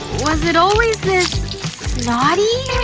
was it always this snotty?